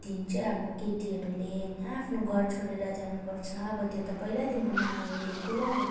दिन चाहिँ अब केटीहरूले होइन आफ्नो घर छोडेर जानु पर्छ अब त्यो त पहिलादेखिको मानेर ल्याएको अब